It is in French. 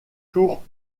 sourds